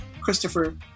Christopher